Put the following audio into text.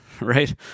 right